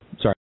Sorry